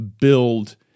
build